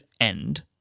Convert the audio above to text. End